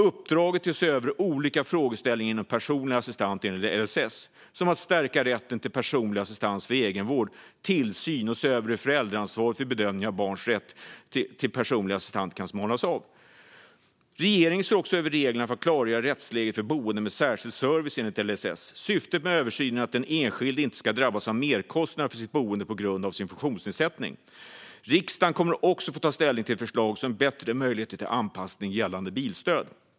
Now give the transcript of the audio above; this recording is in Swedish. Uppdraget är att se över olika frågeställningar inom personlig assistans enligt LSS såsom att stärka rätten till personlig assistans för egenvård, stärka tillsynen och se över hur föräldraansvaret vid bedömningen av barns rätt till personlig assistans kan smalnas av. Regeringen ser också över reglerna för att klargöra rättsläget för boende med särskild service enligt LSS. Syftet med översynen är att den enskilde inte ska drabbas av merkostnader för sitt boende på grund av sin funktionsnedsättning. Riksdagen kommer också att få ta ställning till ett förslag som ger bättre möjligheter till anpassning gällande bilstöd.